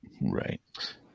Right